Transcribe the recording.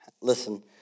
Listen